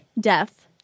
death